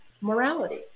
morality